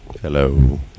Hello